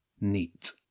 neat